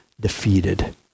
defeated